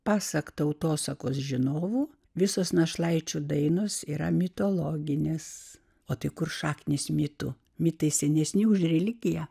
pasak tautosakos žinovų visos našlaičių dainos yra mitologinės o tai kur šaknys mitų mitai senesni už religiją